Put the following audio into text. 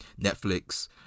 Netflix